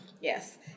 Yes